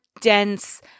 dense